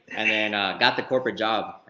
and then got the corporate job,